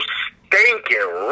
stinking